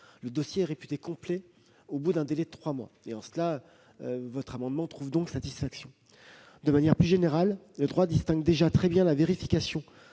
le dossier est réputé complet au bout d'un délai de trois mois. En cela, votre amendement trouve donc satisfaction. Sur un plan plus général, le droit distingue déjà très bien la vérification